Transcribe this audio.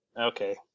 Okay